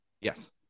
Yes